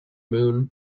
moon